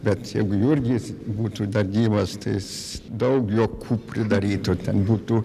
bet jeigu jurgis būtų dar gyvas tai jis daug juokų pridarytų ten būtų